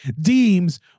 deems